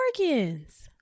organs